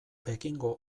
pekingo